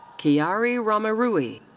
kyarii ramarui.